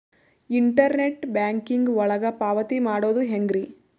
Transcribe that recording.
Internet banking ಒಳಗ ಪಾವತಿ ಮಾಡೋದು ಹೆಂಗ್ರಿ?